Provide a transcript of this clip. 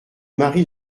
mari